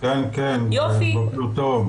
בוקר טוב.